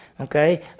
Okay